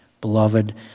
Beloved